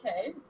Okay